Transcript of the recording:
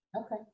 Okay